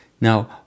Now